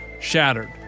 Shattered